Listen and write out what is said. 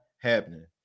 happening